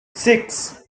six